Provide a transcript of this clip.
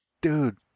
dude